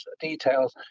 details